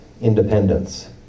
independence